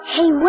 Hey